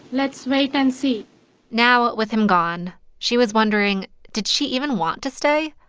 let's wait and see now, ah with him gone, she was wondering, did she even want to stay?